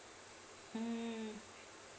mm